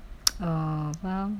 oh faham